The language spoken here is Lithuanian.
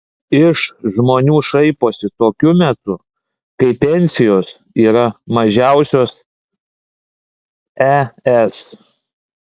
iš žmonių šaiposi tokiu metu kai pensijos yra mažiausios es